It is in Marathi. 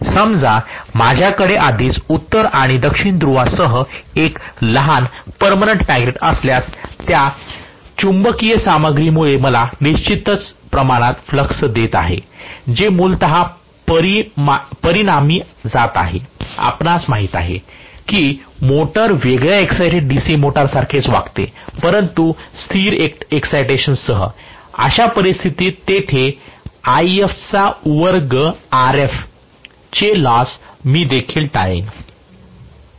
समजा माझ्याकडे आधीच उत्तर आणि दक्षिण ध्रुवांसह एक लहान पर्मनंट मॅग्नेट असल्यास त्या चुंबकीय सामग्रीमुळे मला निश्चित प्रमाणात फ्लक्स देत असेल जे मूलत परिणामी जात आहे आपणास माहित आहे की मोटर वेगळ्या एक्साईटेड DC मोटरसारखेच वागते परंतु स्थिर एक्साईटेशन सह अशा परिस्थितीत तेथे If चा वर्ग Rf चे लॉस मी देखील टाळेल